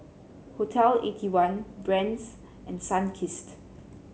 Hotel Eighty one Brand's and Sunkist